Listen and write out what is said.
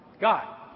God